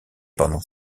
pendant